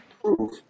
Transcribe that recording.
proof